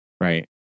right